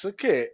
che